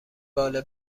باله